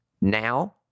Now